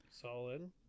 Solid